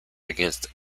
against